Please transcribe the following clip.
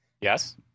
Yes